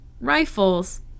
rifles